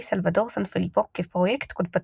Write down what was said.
סלבאדור סנפיליפו כפרויקט קוד פתוח.